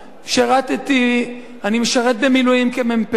יש לי תינוק, אני משרת במילואים כמ"פ,